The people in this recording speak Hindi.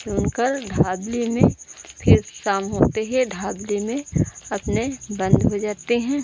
चुनकर ढाबली में फिर शाम होते ही ढाबली में अपने बंद हो जाते हैं